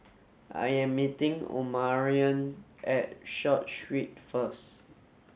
I am meeting Omarion at Short Street first